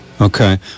Okay